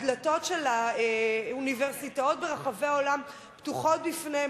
הדלתות של האוניברסיטאות ברחבי העולם פתוחות בפניהם.